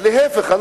אז להיפך,